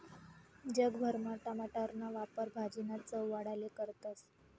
जग भरमा टमाटरना वापर भाजीना चव वाढाले करतस